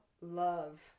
love